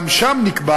גם שם נקבע